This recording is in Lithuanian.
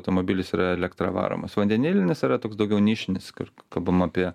automobilis yra elektra varomas vandenilinis yra toks daugiau nišinis kalbam apie